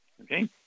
okay